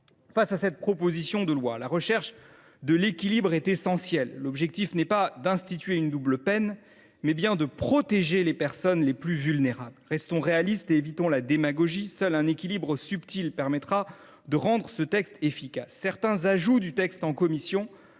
dans cette proposition de loi, la recherche de l’équilibre est essentielle. L’objectif est non d’instituer une double peine, mais bien de protéger les personnes les plus vulnérables. Restons réalistes et évitons la démagogie : seul un équilibre subtil permettra de rendre ce texte efficace. Certains ajouts en commission